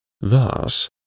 Thus